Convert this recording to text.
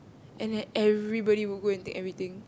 and then everybody would go and take everything